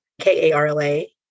K-A-R-L-A